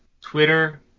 Twitter